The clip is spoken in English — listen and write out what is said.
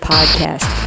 Podcast